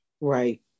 right